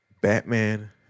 Batman